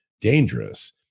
dangerous